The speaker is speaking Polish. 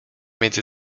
między